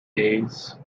days